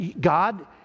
God